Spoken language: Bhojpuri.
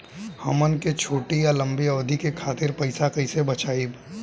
हमन के छोटी या लंबी अवधि के खातिर पैसा कैसे बचाइब?